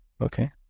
Okay